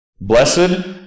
Blessed